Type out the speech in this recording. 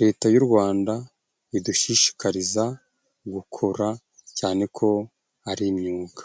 leta y'u Rwanda idushishikariza gukora, cyane ko ari imyuga.